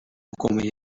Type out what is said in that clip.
ukomeye